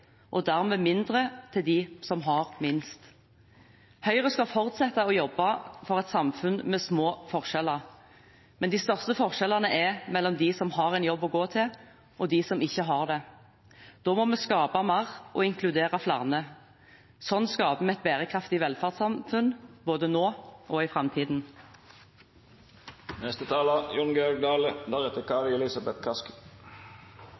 og dermed mindre til dem som har minst. Høyre skal fortsette å jobbe for et samfunn med små forskjeller, men de største forskjellene er mellom de som har en jobb å gå til, og de som ikke har det. Da må vi skape mer og inkludere flere. Sånn skaper vi et bærekraftig velferdssamfunn, både nå og i